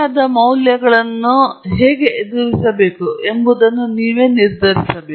ಕಾಣೆಯಾದ ಮೌಲ್ಯಗಳನ್ನು ಹೇಗೆ ಎದುರಿಸಬೇಕು ಎಂಬುದನ್ನು ನೀವು ನಿರ್ಧರಿಸಬೇಕು